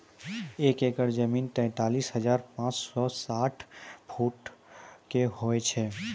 एक एकड़ जमीन, तैंतालीस हजार पांच सौ साठ वर्ग फुटो के होय छै